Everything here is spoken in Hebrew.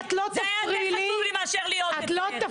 זה היה יותר חשוב לי מאשר להיות אצלך, בסדר?